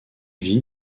vit